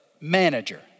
manager